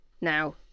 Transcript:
now